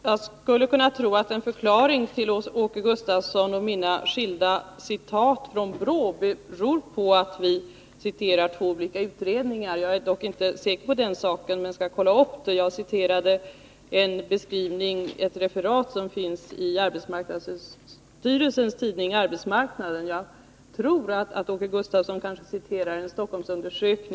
Herr talman! Jag skulle kunna tänka mig att en förklaring till skillnaderna i de uttalanden från BRÅ som Åke Gustavsson och jag citerade ligger i att vi citerade två olika utredningar. Jag återgav ett referat som finns i arbetsmarknadsstyrelsens tidning Arbetsmarknaden, och jag tror att det Åke Gustavsson citerade var en Stockholmsutredning.